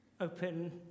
Open